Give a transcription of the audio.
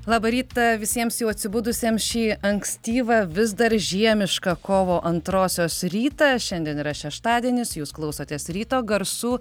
labą rytą visiems jau atsibudusiem šį ankstyvą vis dar žiemišką kovo antrosios rytą šiandien yra šeštadienis jūs klausotės ryto garsų